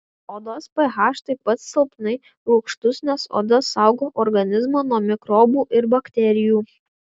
odos ph taip pat silpnai rūgštus nes oda saugo organizmą nuo mikrobų ir bakterijų